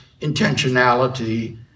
intentionality